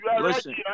Listen